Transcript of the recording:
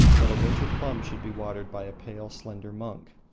that a winter-plum should be watered by a pale, slender monk.